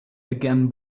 again